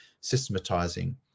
systematizing